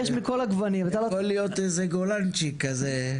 יכול להיות גולנצ'יק כזה.